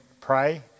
pray